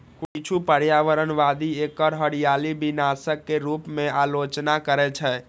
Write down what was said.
किछु पर्यावरणवादी एकर हरियाली विनाशक के रूप मे आलोचना करै छै